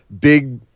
big